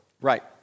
Right